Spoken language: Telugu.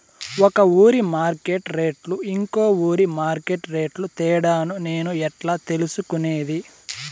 ఒక ఊరి మార్కెట్ రేట్లు ఇంకో ఊరి మార్కెట్ రేట్లు తేడాను నేను ఎట్లా తెలుసుకునేది?